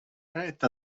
retta